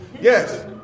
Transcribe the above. Yes